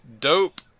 Dope